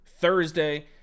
Thursday